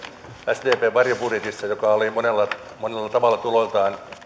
sdpn varjobudjetissakin joka oli monella monella tavalla tuloiltaan